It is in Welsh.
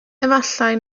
efallai